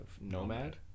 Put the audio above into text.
Nomad